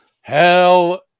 Hell